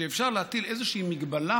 שאפשר להטיל איזושהי הגבלה